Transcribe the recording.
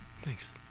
Thanks